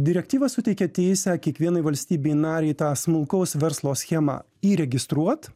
direktyva suteikia teisę kiekvienai valstybei narei tą smulkaus verslo schemą įregistruot